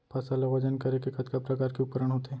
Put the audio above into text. फसल ला वजन करे के कतका प्रकार के उपकरण होथे?